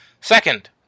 Second